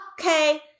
Okay